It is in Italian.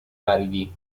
aridi